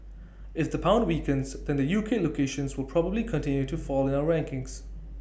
if the pound weakens then the U K locations will probably continue to fall in our rankings